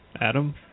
Adam